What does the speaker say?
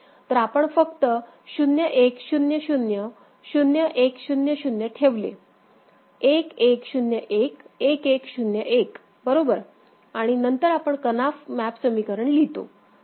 तर आपण फक्त 0 1 0 0 0 1 0 0 ठेवले 1 1 0 1 1 1 0 1 बरोबर आणि नंतर आपण कनाफ मॅप समीकरण लिहितो